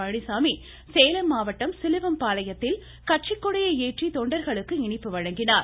பழனிச்சாமி சேலம் மாவட்டம் சிலுவம்பாளையத்தில் கட்சிக்கொடியை ஏற்றி தொண்டர்களுக்கு இனிப்பு வழங்கினார்